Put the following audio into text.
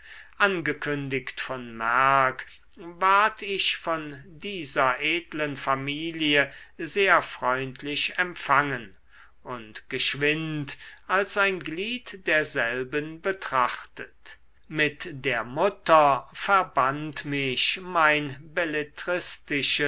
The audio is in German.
angekündigt von merck ward ich von dieser edlen familie sehr freundlich empfangen und geschwind als ein glied derselben betrachtet mit der mutter verband mich mein